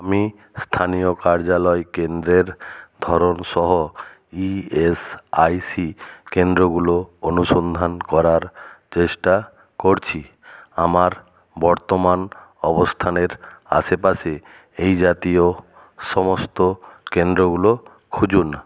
আমি স্থানীয় কার্যালয় কেন্দ্রের ধরন সহ ইএসআইসি কেন্দ্রগুলো অনুসন্ধান করার চেষ্টা করছি আমার বর্তমান অবস্থানের আশেপাশে এই জাতীয় সমস্ত কেন্দ্রগুলো খুঁজুন